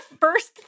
first